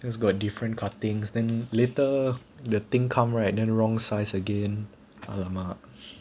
was got different cuttings then later the thing come right then wrong size again !alamak!